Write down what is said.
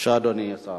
בבקשה, אדוני השר.